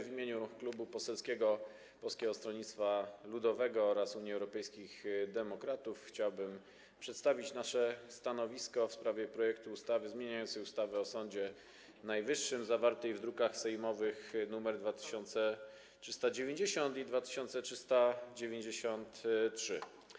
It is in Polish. W imieniu Klubu Poselskiego Polskiego Stronnictwa Ludowego - Unii Europejskich Demokratów chciałbym przedstawić nasze stanowisko w sprawie projektu ustawy zmieniającej ustawę o Sądzie Najwyższym, zawartego w drukach sejmowych nr 2390 i 2393.